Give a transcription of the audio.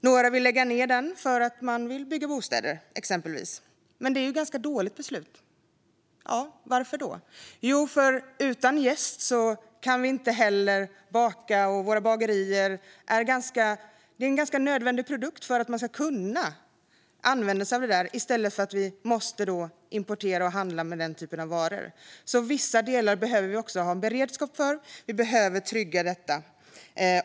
Några vill lägga ned den för att bygga bostäder där, exempelvis. Men det är ett ganska dåligt beslut. Varför då? Jo, för utan jäst kan vi inte baka. Det är en ganska nödvändig produkt för våra bagerier. Vi kan använda oss av det där i stället för att importera och handla med den typen av varor. Vissa delar behöver vi också ha en beredskap för. Vi behöver trygga detta.